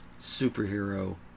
superhero